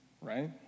Right